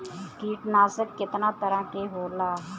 कीटनाशक केतना तरह के होला?